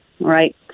right